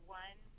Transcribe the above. one